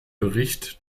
bericht